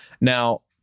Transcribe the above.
Now